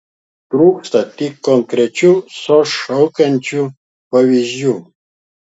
trūkstą tik konkrečių sos šaukiančių pavyzdžių